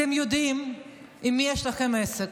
אתם יודעים עם מי יש לכם עסק,